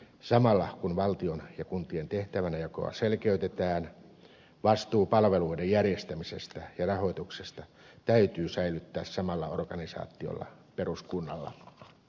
samalla kun valtion ja kuntien tehtävänjakoa selkeytetään vastuu palveluiden järjestämisestä ja rahoituksesta täytyy säilyttää samalla organisaatiolla peruskunnalla